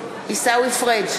פריג'